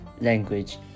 language